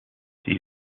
die